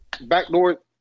backdoor